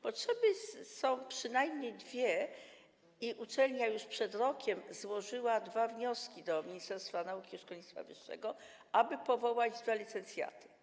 Potrzeby są przynajmniej dwie i uczelnia już przed rokiem złożyła dwa wnioski do Ministerstwa Nauki i Szkolnictwa Wyższego, aby powołać dwa licencjaty.